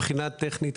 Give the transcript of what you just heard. מבחינה טכנית,